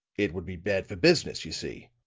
it would be bad for business, you see.